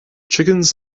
chickens